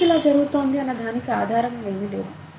ఎందుకు ఇలా జరుగుతోంది అన్న దానికి ఆధారం ఏమి లేదు